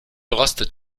rostet